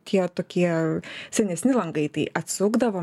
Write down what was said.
tie tokie senesni langai tai atsukdavom